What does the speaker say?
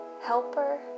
helper